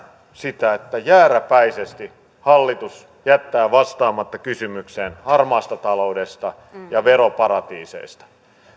sitä että jääräpäisesti hallitus jättää vastaamatta kysymykseen harmaasta taloudesta ja veroparatiiseista